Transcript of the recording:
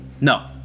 no